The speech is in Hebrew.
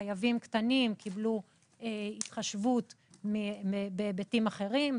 חייבים קטנים קיבלו התחשבות בהיבטים אחרים,